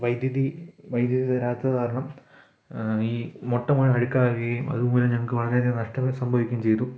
വൈദ്യുതി വൈദ്യുതി തരാത്തത് കാരണം ഈ മുട്ട മുഴുവൻ അഴുക്കാകുകയും അതുമൂലം ഞങ്ങൾക്ക് വളരെ അധികം നഷ്ടങ്ങൾ സംഭവിക്കുകയും ചെയ്തു